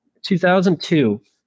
2002